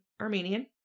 Armenian